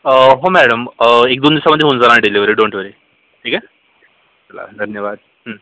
अं हो मॅडम अं एक दोन दिवसामध्ये होऊन जाणार डिलिव्हरी डोंट वरी ठिक आहे चला धन्यवाद